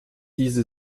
diese